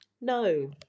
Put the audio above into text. no